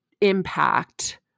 impact